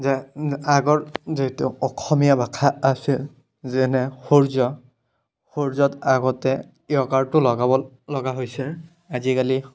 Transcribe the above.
যে আগৰ যিহেতু অসমীয়া ভাষা আছে যেনে সূৰ্য সূৰ্যত আগতে য়কাৰটো লগাব লগা হৈছে আজিকালি